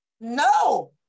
no